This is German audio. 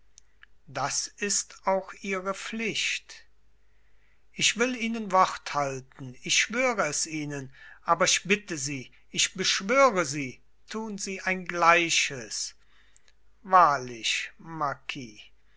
das ist auch ihre pflicht ich will ihnen wort halten ich schwöre es ihnen aber ich bitte sie ich beschwöre sie tun sie ein gleiches wahrlich